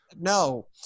No